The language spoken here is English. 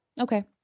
Okay